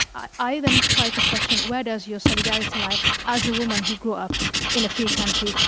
i then try to question, where does your solidarity lie as a woman who grew up in a free country,